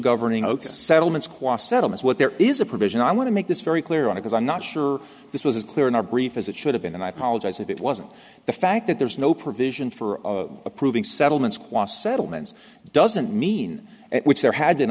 governing oka settlement squashed settlement what there is a provision i want to make this very clear on because i'm not sure this was as clear in our brief as it should have been and i apologize if it wasn't the fact that there is no provision for approving settlements quashed settlements doesn't mean which there had been